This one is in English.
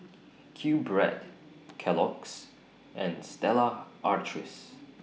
QBread Kellogg's and Stella Artois